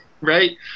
Right